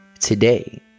Today